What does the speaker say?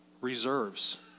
reserves